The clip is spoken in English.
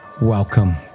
welcome